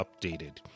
updated